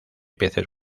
peces